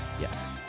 Yes